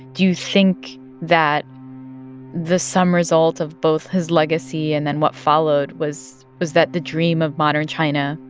do you think that the sum result of both his legacy and then what followed was was that the dream of modern china,